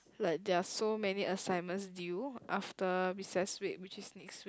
like there are so many assignments due after recess week which is next week